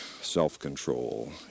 self-control